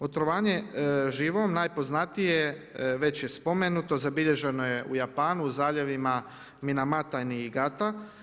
Otrovanje živom najpoznatije već je spomenuto, zabilježeno je u Japanu u zaljevima Minamatan i Niigata.